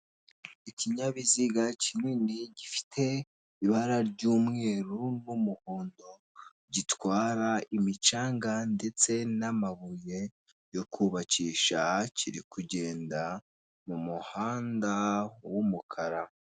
Ikinyabiziga kinini gifite ibara ry'umweru n'umuhondo gitwara imicanga ndetse n'amabuye yo kubakisha kiri kugenda mu muhanda w'umukara.